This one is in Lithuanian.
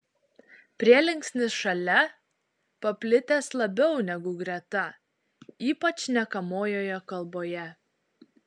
prielinksnis šalia paplitęs labiau negu greta ypač šnekamojoje kalboje